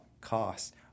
cost